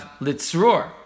Litzror